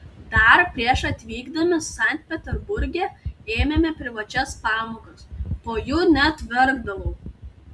dar prieš atvykdami sankt peterburge ėmėme privačias pamokas po jų net verkdavau